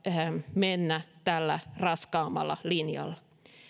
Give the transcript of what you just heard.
mennä tällä raskaammalla linjalla